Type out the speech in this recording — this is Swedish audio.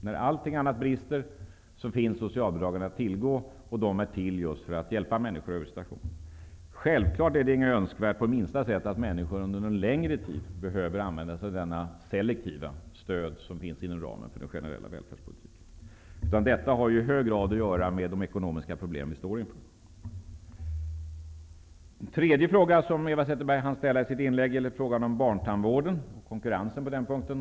När allt annat brister, finns socialbidragen att tillgå. De är just till för att hjälpa människor i denna situation. Självfallet är det inte önskvärt på minsta sätt att människor under en längre tid behöver använda sig av detta selektiva stöd, som finns inom ramen för den generella välfärdspolitiken. Detta har i hög grad att göra med de ekonomiska problem som vi står inför. Den tredje frågan som Eva Zetterberg ställde i sitt inlägg gällde barntandvården och konkurrensen på det området.